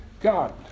God